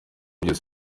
byose